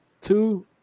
Two